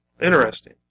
Interesting